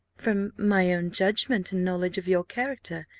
from my own judgment and knowledge of your character,